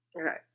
Okay